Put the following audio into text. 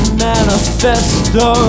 manifesto